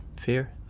fear